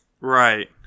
Right